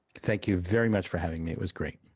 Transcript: thank you very much for having me. it was great.